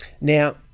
now